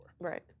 Right